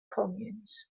communes